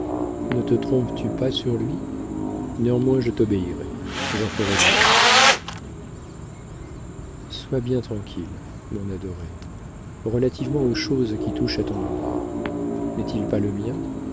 ne te trompes tu pas sur lui néanmoins je t'obéirai j'en ferai mon ami sois bien tranquille mon adoré relativement aux choses qui touchent à ton honneur n'est-il pas le mien